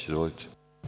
Izvolite.